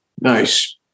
Nice